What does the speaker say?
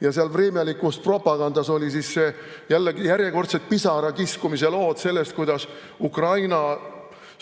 Ja seal vremjalikus propagandas olid järjekordselt pisarakiskumise lood sellest, kuidas Ukraina